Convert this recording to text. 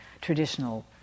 traditional